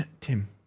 tim